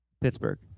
Pittsburgh